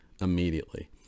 immediately